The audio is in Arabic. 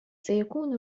سيكون